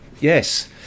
Yes